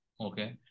Okay